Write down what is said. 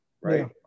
right